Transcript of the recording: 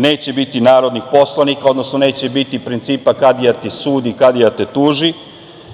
neće biti narodnih poslanika, odnosno neće biti principa – kadija ti sudi, kadija te tuži,